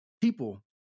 people